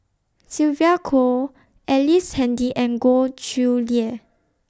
Sylvia Kho Ellice Handy and Goh Chiew Lye